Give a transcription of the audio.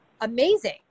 amazing